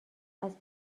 اسب